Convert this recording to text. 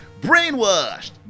brainwashed